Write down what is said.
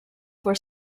for